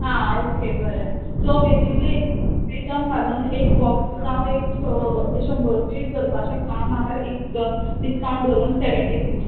आं ओके बरें so basically item घालून एक बॉक्स तुका हांव एक शंबर रुपी धरपा शकता नाल्या एक डिस्कावंट धरून सेवेंटी रुपीज